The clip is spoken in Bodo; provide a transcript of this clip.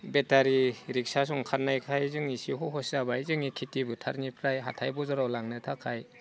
बेटारि रिक्सा ओंखारनायखाय जों एसे सहस जाबाय खेथिबो फोथारनिफ्राय हाथाइ बाजाराव लांनो थाखाय